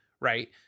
right